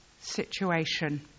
situation